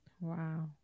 Wow